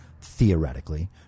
theoretically